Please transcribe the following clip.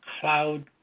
cloud